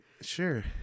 Sure